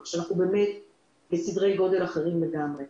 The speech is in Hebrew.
וכאן אנחנו בסדרי גודל אחרים לגמרי.